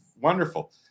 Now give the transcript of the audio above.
wonderful